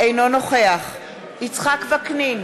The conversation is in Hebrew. אינו נוכח יצחק וקנין,